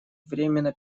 временно